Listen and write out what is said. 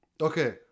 Okay